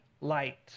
light